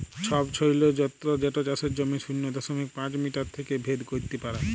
ছবছৈলর যলত্র যেট চাষের জমির শূন্য দশমিক পাঁচ মিটার থ্যাইকে ভেদ ক্যইরতে পারে